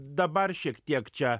dabar šiek tiek čia